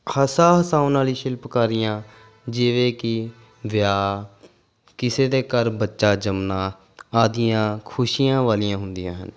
ਹਾਸਾ ਹਸਾਉਣ ਵਾਲੀ ਸ਼ਿਲਪਕਾਰੀਆਂ ਜਿਵੇਂ ਕਿ ਵਿਆਹ ਕਿਸੇ ਦੇ ਘਰ ਬੱਚਾ ਜੰਮਣਾ ਆਦੀਆਂ ਖੁਸ਼ੀਆਂ ਵਾਲੀਆਂ ਹੁੰਦੀਆਂ ਹਨ